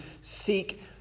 seek